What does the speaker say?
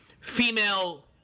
female